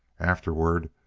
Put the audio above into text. afterward,